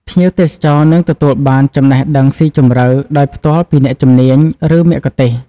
ភ្ញៀវទេសចរនឹងទទួលបាន ចំណេះដឹងស៊ីជម្រៅ ដោយផ្ទាល់ពីអ្នកជំនាញ ឬមគ្គុទ្ទេសក៍។